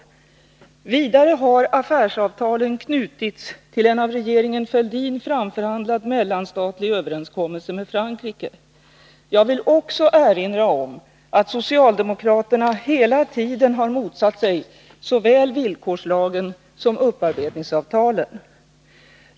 Vidare har affärsavtalen knutits till en av regeringen Fälldin framförhandlad mellanstatlig överenskommelse med Frankrike. Jag vill också erinra om att socialdemokraterna hela tiden har motsatt sig såväl villkorslagen som upparbetningsavtalen.